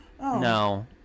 No